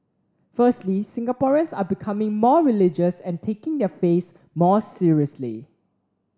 firstly Singaporeans are becoming more religious and taking their faiths more seriously